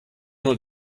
not